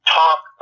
talk